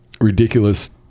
ridiculous